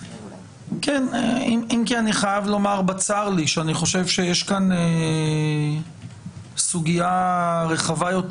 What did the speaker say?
אני חייב לומר בצר לי שאני חושב שיש כאן סוגיה רחבה יותר